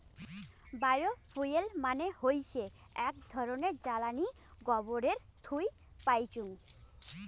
bio fuel মানে হৈসে আক ধরণের জ্বালানী গোবরের থুই পাইচুঙ